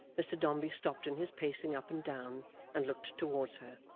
mr dombey stopped in his pacing up and down and looked towards her.